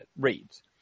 reads